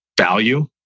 value